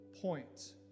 point